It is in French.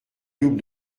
double